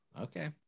Okay